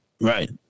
Right